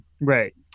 right